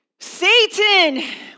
Satan